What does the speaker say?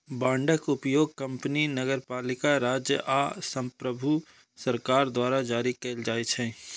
बांडक उपयोग कंपनी, नगरपालिका, राज्य आ संप्रभु सरकार द्वारा जारी कैल जाइ छै